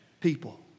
people